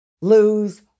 lose